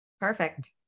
Perfect